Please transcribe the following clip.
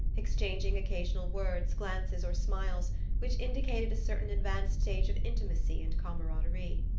exchanging occasional words, glances or smiles which indicated a certain advanced stage of intimacy and camaraderie.